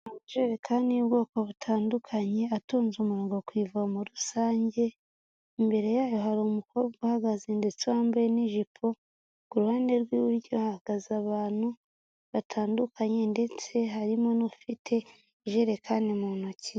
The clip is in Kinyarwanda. Amajerekani y'ubwoko butandukanye, atonze umurongo ku ivomo rusange, imbere yayo hari umukobwa uhagaze ndetse wambaye n'ijipo, ku ruhande rw'iburyo hahagaze abantu batandukanye ndetse harimo n'ufite ijerekani mu ntoki.